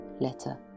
letter